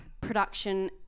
production